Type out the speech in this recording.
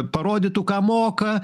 parodytų ką moka